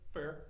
Fair